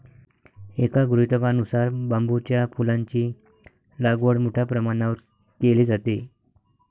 एका गृहीतकानुसार बांबूच्या फुलांची लागवड मोठ्या प्रमाणावर केली जाते